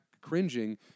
cringing